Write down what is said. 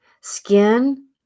Skin